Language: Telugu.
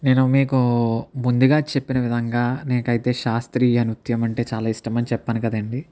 నేను మీకు ముందుగా చెప్పిన విధంగా నాకు అయితే శాస్త్రీయ నృత్యం అంటే చాలా ఇష్టం అని చెప్పాను కదా అండి